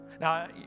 Now